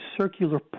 circular